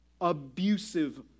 Abusive